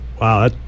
Wow